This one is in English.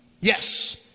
Yes